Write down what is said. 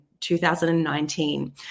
2019